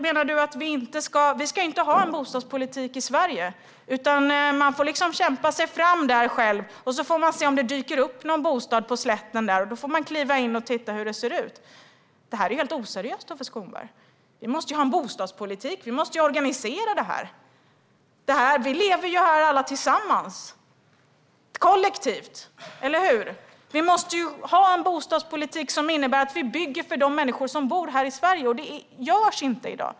Menar du att vi inte ska ha en bostadspolitik i Sverige utan att man får kämpa sig fram själv och se om det dyker upp någon bostad på slätten där man kan kliva in och titta hur det ser ut? Detta är helt oseriöst, Tuve Skånberg. Vi måste ju ha en bostadspolitik; vi måste organisera detta. Vi lever här alla tillsammans, kollektivt - eller hur? Vi måste ha en bostadspolitik som innebär att vi bygger för de människor som bor här i Sverige, och det görs inte i dag.